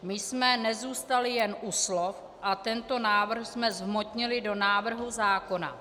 My jsme nezůstali jen u slov a tento návrh jsme zhmotnili do návrhu zákona.